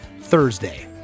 Thursday